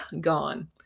gone